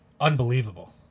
unbelievable